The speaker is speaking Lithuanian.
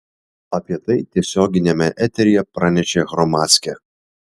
apie tai tiesioginiame eteryje pranešė hromadske